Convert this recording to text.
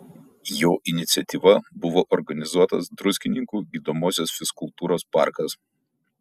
jo iniciatyva buvo organizuotas druskininkų gydomosios fizkultūros parkas